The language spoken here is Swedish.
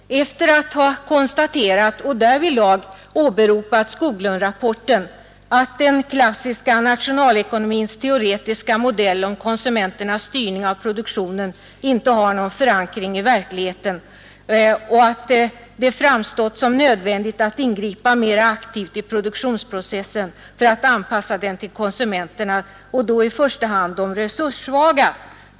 Förbundet konstaterar — och åberopar därvidlag Skoglundsrapporten — att den klassiska nationalekonomins teoretiska modell med konsumenternas styrning av produktionen inte har någon förankring i verkligheten och att det framstått som nödvändigt att ingripa mera aktivt i produktionsprocessen för att anpassa den till konsumenterna och då i första hand till de resurssvaga.